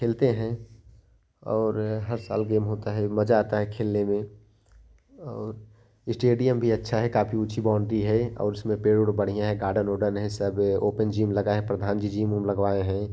खेलते हैं और हर साल गेम होता हैं मज़ा आता है खेलने में और स्टेडियम भी अच्छा है काफ़ी ऊँची बाऊँड्री हैं और उसमें पेड़ बढ़िया हैं गार्डन वर्डन हैं सब ओपन जिम लगा है प्रधान जी जिम विम लगवाए हैं